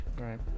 Right